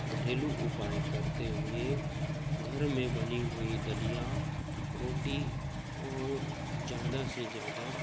घरेलू उपाय करते हुए घर में बनी हुई दलिया रोटी और ज़्यादा से ज़्यादा